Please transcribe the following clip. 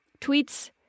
tweets